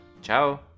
Ciao